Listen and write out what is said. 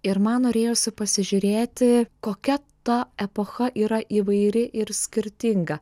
ir man norėjosi pasižiūrėti kokia ta epocha yra įvairi ir skirtinga